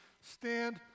stand